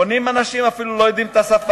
פונים אנשים, אפילו לא יודעים את השפה,